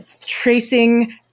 tracing